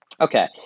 Okay